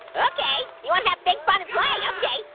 okay, you wanna have big fun and play. okay.